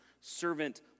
servant